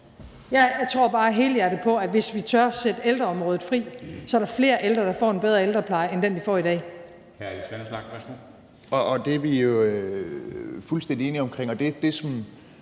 Jeg tror bare helhjertet på, at hvis vi tør sætte ældreområdet fri, er der være flere ældre, der får en bedre ældrepleje end den, de får i dag. Kl. 23:56 Formanden (Henrik Dam